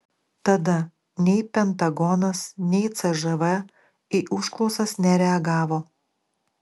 tada nei pentagonas nei cžv į užklausas nereagavo